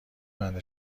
بند